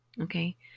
Okay